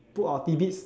put our tidbits